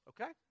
okay